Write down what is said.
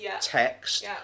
text